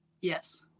Yes